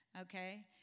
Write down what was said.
okay